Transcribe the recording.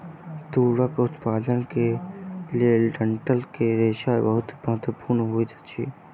तूरक उत्पादन के लेल डंठल के रेशा बहुत महत्वपूर्ण होइत अछि